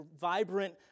vibrant